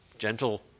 gentle